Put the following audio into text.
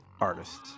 artists